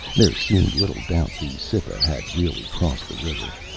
there seemed little doubt the cytha had really crossed the river.